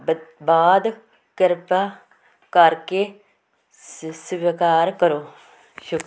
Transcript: ਬ ਬਾਅਦ ਕਿਰਪਾ ਕਰਕੇ ਸ ਸਵੀਕਾਰ ਕਰੋ ਸ਼ੁਕ